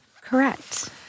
Correct